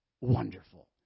Wonderful